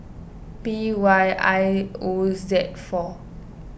P Y I O Z four